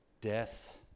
death